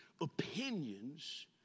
opinions